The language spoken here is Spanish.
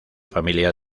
familia